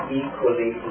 equally